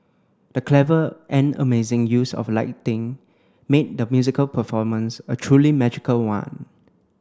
the clever and amazing use of lighting made the musical performance a truly magical one